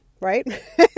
Right